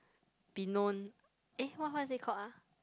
be known eh what what is it called ah